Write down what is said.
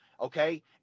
okay